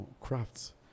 crafts